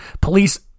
police